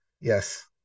Yes